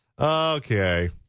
Okay